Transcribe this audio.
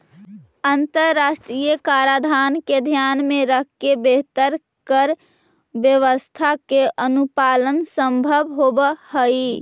अंतरराष्ट्रीय कराधान के ध्यान में रखके बेहतर कर व्यवस्था के अनुपालन संभव होवऽ हई